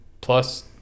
plus